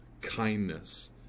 kindness